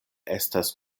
estas